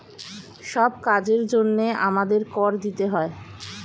সব কাজের জন্যে আমাদের কর দিতে হয়